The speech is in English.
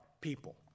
People